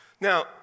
Now